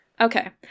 Okay